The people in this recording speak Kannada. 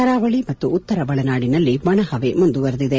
ಕರಾವಳಿ ಮತ್ತು ಉತ್ತರ ಒಳನಾಡಿನಲ್ಲಿ ಒಣಹವೆ ಮುಂದುವರೆದಿದೆ